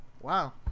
Wow